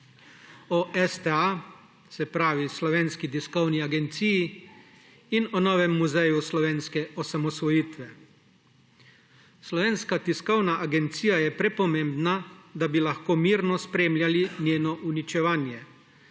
O STA, se pravi Slovenski tiskovni agenciji, in o novem muzeju slovenske osamosvojitve. Slovenska tiskovna agencija je prepomembna, da bi lahko mirno spremljali njeno uničevanje.